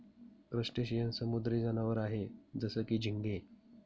crustacean समुद्री जनावर आहे जसं की, झिंगे